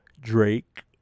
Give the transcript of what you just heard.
Drake